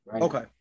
Okay